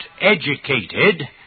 educated